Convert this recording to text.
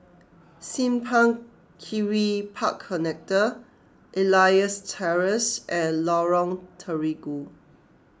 Simpang Kiri Park Connector Elias Terrace and Lorong Terigu